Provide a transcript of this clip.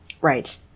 right